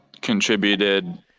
contributed